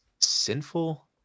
sinful